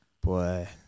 Boy